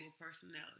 personality